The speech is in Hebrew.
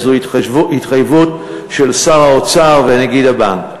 זו התחייבות של שר האוצר ונגיד הבנק.